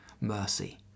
mercy